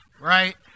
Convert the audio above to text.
right